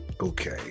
Okay